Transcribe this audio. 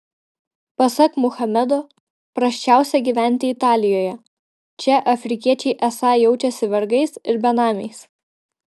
pasak muhamedo prasčiausia gyventi italijoje čia afrikiečiai esą jaučiasi vergais ir benamiais